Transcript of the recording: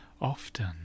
often